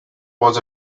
was